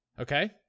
Okay